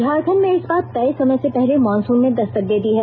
झारखंड में इस बार तय समय से पहले मॉनसून ने दस्तक दे दी है